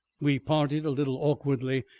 we parted a little awkwardly.